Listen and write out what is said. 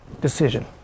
decision